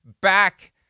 back